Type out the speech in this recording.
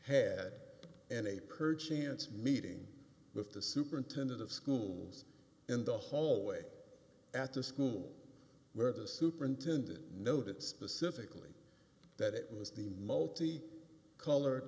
had an a per chance meeting with the superintendent of schools in the hallway at the school where the superintendent noted specifically that it was the multi color